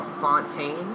Fontaine